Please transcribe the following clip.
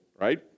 right